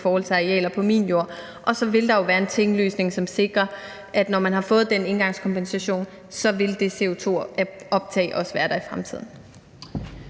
forhold til arealer på sin jord. Og så vil der jo være en tinglysning, som sikrer, at når man har fået den engangskompensation, vil det CO2-optag også være der i fremtiden.